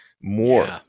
more